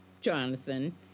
Jonathan